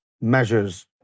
measures